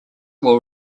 will